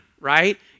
right